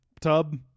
tub